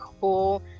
cool